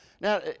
Now